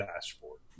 dashboard